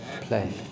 play